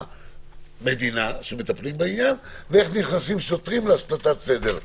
המדינה שמטפלים בעניין ואיך נכנסים שוטרים להשלטת סדר.